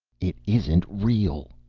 it isn't real!